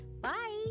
bye